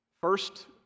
First